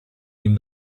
ihm